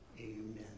Amen